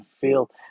feel